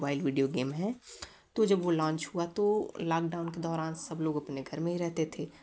mobile video game है तो जब वह लॉन्च हुआ तो लॉकडाउन के दौरान सब लोग अपने घर में ही रहते थे